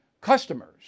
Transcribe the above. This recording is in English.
customers